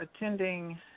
attending